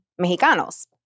Mexicanos